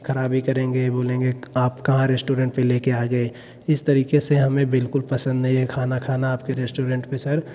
ख़राबी करेंगे बोलेंगे आप कहाँ रेस्टोरेंट पर लेकर आ गए इस तरीके से हमें बिल्कुल पसंद नहीं है खाना खाना आपके रेस्टोरेंट पर सर